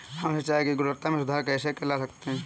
हम सिंचाई की गुणवत्ता में सुधार कैसे ला सकते हैं?